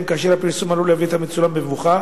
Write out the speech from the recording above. כאשר הפרסום עלול להביא את המצולם במבוכה